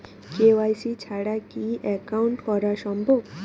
KYC ছাড়া কি account করা সম্ভব?